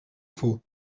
faux